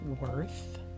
worth